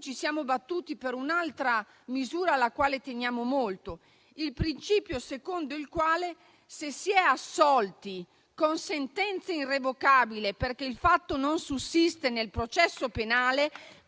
ci siamo battuti per un'altra misura alla quale teniamo molto: il principio secondo il quale, se si è assolti con sentenze irrevocabili perché il fatto non sussiste nel processo penale,